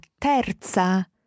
terza